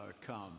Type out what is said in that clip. come